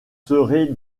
serez